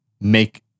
make